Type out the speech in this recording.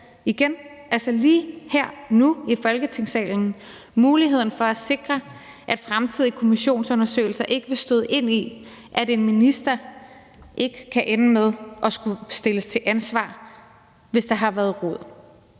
igen. Lige nu her i Folketingssalen har man muligheden for at sikre, at fremtidige kommissionsundersøgelser ikke vil støde ind i, at en minister ikke kan ende med at skulle stilles til ansvar, hvis der har været rod.